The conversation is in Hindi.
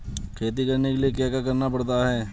खेती करने के लिए क्या क्या करना पड़ता है?